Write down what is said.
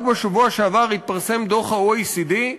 רק בשבוע שעבר התפרסם דוח ה-OECD,